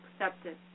accepted